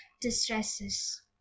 distresses